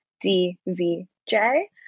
D-V-J